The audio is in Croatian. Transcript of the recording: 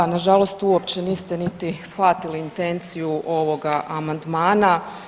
Da, nažalost uopće niste niti shvatili intenciju ovoga amandmana.